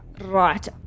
right